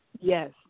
Yes